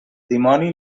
dimoni